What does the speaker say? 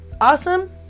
awesome